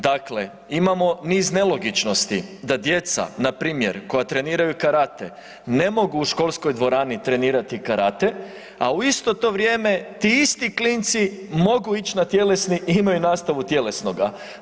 Dakle, imamo niz nelogičnosti, da djeca npr. koja treniraju karate, ne mogu u školskoj dvorani trenirati karate, a u isto to vrijeme, ti isti klinci mogu ići na tjelesni i imaju nastavu tjelesnoga.